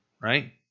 right